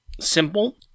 simple